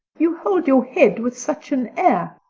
you hold your head with such an air.